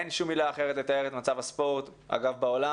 אין שום מילה אחרת לתאר את הספורט, ודאי בעולם